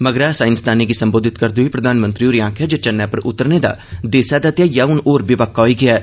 मगरा साईंसदानें गी संबोधित करदे होई प्रधानमंत्री होरें आखेआ जे चन्नै पर उतरने दा देसै दा ध्येइया हन होर बी पक्का होई गेआ ऐ